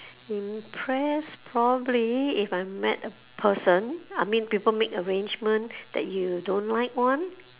impress probably if I met a person I mean people make arrangement that you don't like [one]